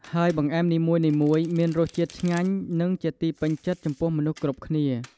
ហើយបង្អែមនីមួយៗ មានរសជាតិឆ្ងាញ់ និងជាទីពេញចិត្តចំពោះមនុស្សគ្រប់គ្នា។